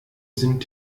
sind